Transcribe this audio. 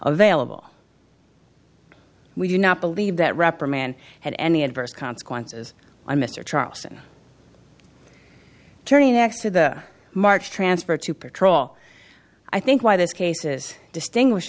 available we do not believe that reprimand had any adverse consequences i mr charleston turning next to the march transfer to patrol i think why this case is distinguish